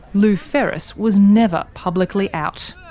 lou ferris was never publicly out.